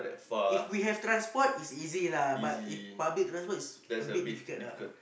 if we have transport is easy lah but if public transport is a bit difficult lah